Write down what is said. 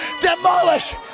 demolish